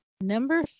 number